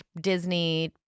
Disney